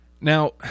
Now